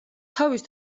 თავის